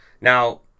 Now